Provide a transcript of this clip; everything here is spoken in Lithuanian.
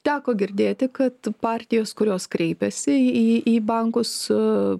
teko girdėti kad partijos kurios kreipėsi į į bankus